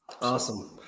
Awesome